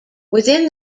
within